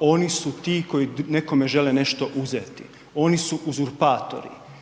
oni su ti koji nekome žele nešto uzeti. Oni su uzurpatori,